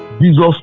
Jesus